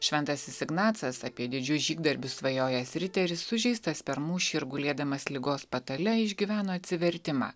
šventasis ignacas apie didžius žygdarbius svajojęs riteris sužeistas per mūšį ir gulėdamas ligos patale išgyveno atsivertimą